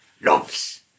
loves